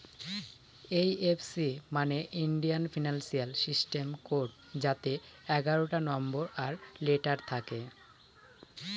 IFC মানে Indian financial system code যাতে এগারোটা নম্বর আর লেটার থাকে